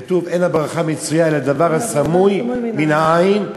כתוב: "אין הברכה מצויה אלא בדבר הסמוי מן העין",